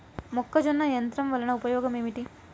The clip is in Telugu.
మొక్కజొన్న యంత్రం వలన ఉపయోగము ఏంటి?